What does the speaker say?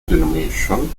denominations